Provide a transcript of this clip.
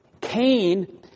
Cain